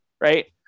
right